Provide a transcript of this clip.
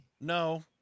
No